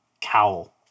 cowl